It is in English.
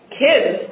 kids